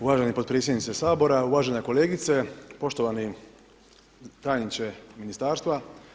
Uvaženi potpredsjedniče Sabora, uvažena kolegice, poštovani tajniče ministarstva.